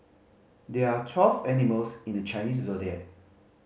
there are twelve animals in the Chinese Zodiac